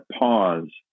pause